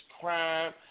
crime